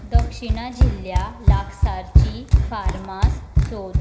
दक्षीणा जिल्ल्या लागसारची फार्मास सोद